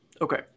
okay